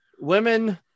women